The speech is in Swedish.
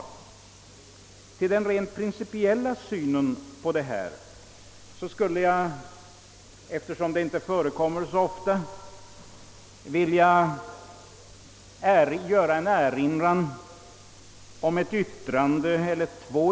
När det gäller den rent principiella synen på detta spörsmål skulle jag, eftersom ämnet inte behandlas så ofta här i riksdagen, vilja erinra om två